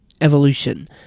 evolution